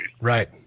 Right